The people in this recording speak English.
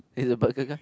is a burger guy